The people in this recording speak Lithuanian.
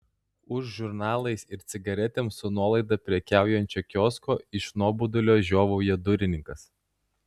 už žurnalais ir cigaretėm su nuolaida prekiaujančio kiosko iš nuobodulio žiovauja durininkas